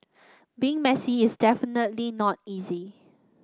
being messy is definitely not easy